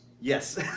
Yes